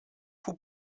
vous